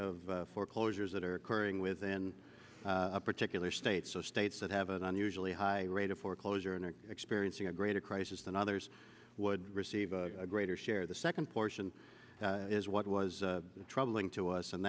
of foreclosures that are occurring within a particular state so states that have an unusually high rate of foreclosure and are experiencing a greater crisis than others would receive a greater share the second portion is what was troubling to us and